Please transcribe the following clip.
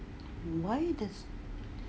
why does the